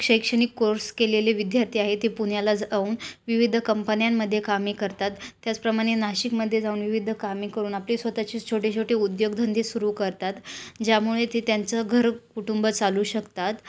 शैक्षणिक कोर्स केलेले विद्यार्थी आहे ते पुण्याला जाऊन विविध कंपन्यांमध्ये कामे करतात त्याचप्रमाणे नाशिकमध्ये जाऊन विविध कामे करून आपले स्वतःचे छोटे छोटे उद्योगधंदे सुरू करतात ज्यामुळे ते त्यांचं घर कुटुंब चालू शकतात